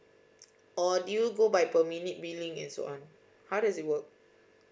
or do you go by per minute billing that's one how does it work